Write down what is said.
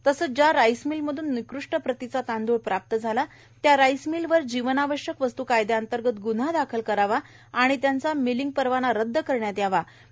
तसेच ज्या राईस मिलमधून निकृष्ट प्रतीचा तांदुळ प्राप्त झालेला आहे त्या राईस मिलवर जीवनावश्यक वस्तू कायद्यांतर्गत गून्हा दाखल करावा व त्यांचा मिलिंग परवाना रद्द करण्यात यावी